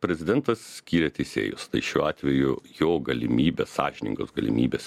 prezidentas skiria teisėjus tai šiuo atveju jo galimybės sąžiningos galimybės